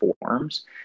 forms